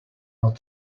not